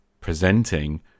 presenting